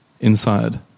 inside